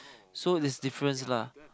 so that's difference lah